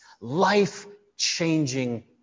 Life-changing